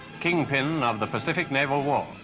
kingpin of the pacific naval war.